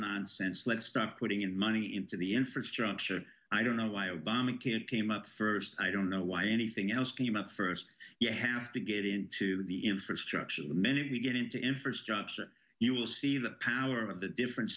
nonsense let's stop putting in money into the infrastructure i don't know why obama can't came up first i don't know why anything else came up first you have to get into the infrastructure the minute we get into infrastructure you will see the power of the different